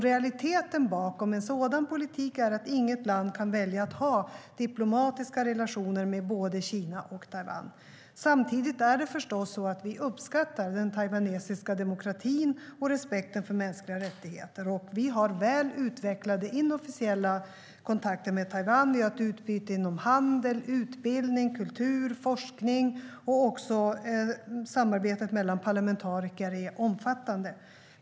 Realiteten bakom en sådan politik är att inget land kan välja att ha diplomatiska relationer med både Kina och Taiwan. Samtidigt uppskattar vi förstås den taiwanesiska demokratin och respekten för mänskliga rättigheter, och vi har väl utvecklade inofficiella kontakter med Taiwan. Vi har ett utbyte inom handel, utbildning, kultur och forskning, och även samarbetet mellan parlamentariker är omfattande.